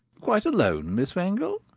quite alone, miss wangel?